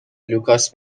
لوکاس